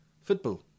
football